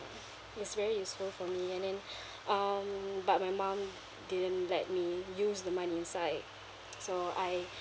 is really useful for me and then um but my mum didn't let me use the money inside so I